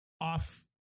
off